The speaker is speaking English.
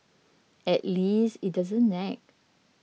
at least it doesn't nag